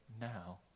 now